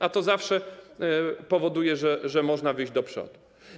A to zawsze powoduje, że można wyjść do przodu.